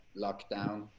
lockdown